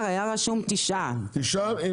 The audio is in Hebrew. בהצעת החוק כתוב תשעה חודשים.